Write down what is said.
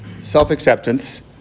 self-acceptance